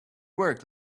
work